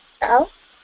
else